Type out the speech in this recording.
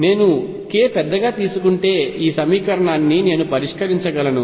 నేను k పెద్దగా తీసుకుంటే ఈ సమీకరణాన్ని నేను పరిష్కరించగలను